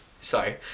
sorry